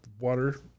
water